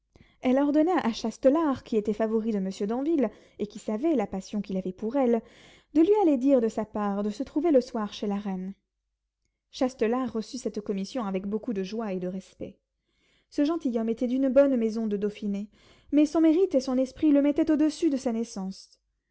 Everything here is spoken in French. elle ordonna à châtelart qui était favori de monsieur d'anville et qui savait la passion qu'il avait pour elle de lui aller dire de sa part de se trouver le soir chez la reine châtelart reçut cette commission avec beaucoup de joie et de respect ce gentilhomme était d'une bonne maison de dauphiné mais son mérite et son esprit le mettaient au-dessus de sa naissance